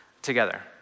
together